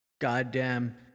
goddamn